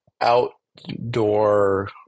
outdoor